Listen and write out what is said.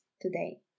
Today